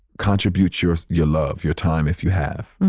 contribute your, your love, your time, if you have.